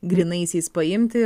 grynaisiais paimti